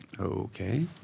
Okay